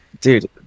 dude